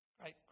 great